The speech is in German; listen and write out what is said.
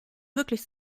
wirklich